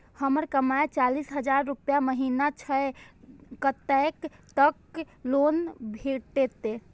हमर कमाय चालीस हजार रूपया महिना छै कतैक तक लोन भेटते?